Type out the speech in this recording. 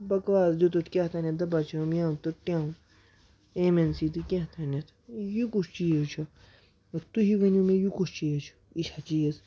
بَکواس دِتُتھ کیٛاہ تانٮ۪تھ دَپان چھِہَم یٮ۪و تہٕ ٹٮ۪و اٮ۪م اٮ۪ن سی تہٕ کیٛاہ تھانٮ۪تھ یہِ کُس چیٖز چھُ تُہی ؤنِو مےٚ یہِ کُس چیٖز چھُ یہِ چھا چیٖز